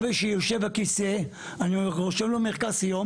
רוב האינטראקציות של המטופלים הן מול מערכת הבריאות.